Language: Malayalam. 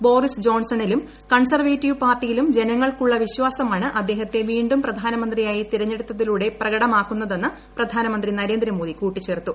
ബോറിസ് ജോൺസണിലും കൺസർവേറ്റീവ് പാർട്ടിയിലും ജനങ്ങൾക്കുള്ള വിശ്വാസമാണ് അദ്ദേഹത്തെ വീണ്ടും പ്രധാനമന്ത്രിയായി തെരഞ്ഞെടുത്തിലൂടെ പ്രകടമാക്കുന്നതെന്ന് പ്രധാനമന്ത്രി നരേന്ദ്രേമോദി കൂട്ടിച്ചേർത്തു